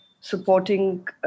supporting